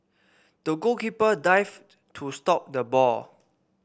the goalkeeper dived to stop the ball